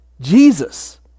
Jesus